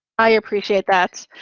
i appreciate that.